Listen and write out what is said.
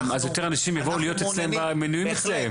אז יותר אנשים יבואו להיות מנויים אצלם.